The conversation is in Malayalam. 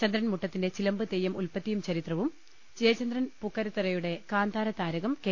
ചന്ദ്രൻ മുട്ടത്തിന്റെ ചിലമ്പ്തെയ്യം ഉൽപ്പത്തിയും ചരിത്രവും ജയചന്ദ്രൻ പൂക്കരത്തറയുടെ കാന്താരതാരകം കെ